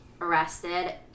arrested